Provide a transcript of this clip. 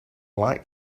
like